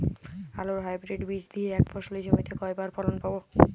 আলুর হাইব্রিড বীজ দিয়ে এক ফসলী জমিতে কয়বার ফলন পাব?